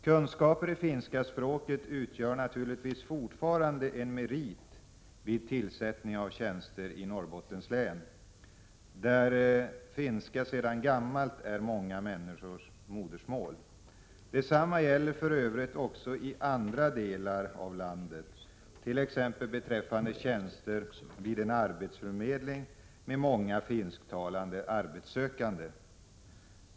Kunskaper i finska språket utgör naturligtvis fortfarande en merit vid tillsättning av tjänster i Norrbottens län, där finska sedan gammalt är många människors modersmål. Detsamma gäller för övrigt också i andra delar av landet, t.ex. beträffande tjänster vid en arbetsförmedling med många finsktalande arbetssökande.